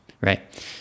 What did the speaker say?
right